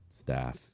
staff